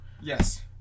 Yes